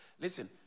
Listen